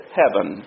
heaven